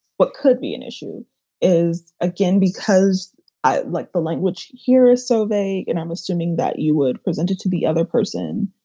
what could be an issue is, again, because i like the language here is so vague and i'm assuming that you would present it to the other person.